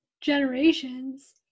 generations